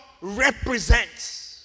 represents